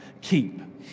keep